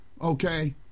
Okay